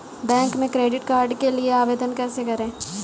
Bank में credit card के लिए आवेदन कैसे करें?